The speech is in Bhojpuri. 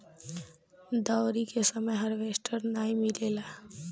दँवरी के समय हार्वेस्टर नाइ मिलेला